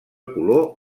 color